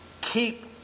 keep